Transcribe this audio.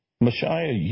Messiah